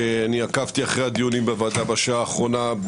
עקבתי אחרי הדיונים בוועדה בשעה האחרונה,